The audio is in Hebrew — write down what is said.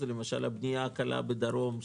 למשל הבנייה הקלה בדרום,